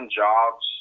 jobs